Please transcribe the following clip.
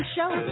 Show